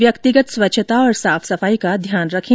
व्यक्तिगत स्वच्छता और साफ सफाई का ध्यान रखें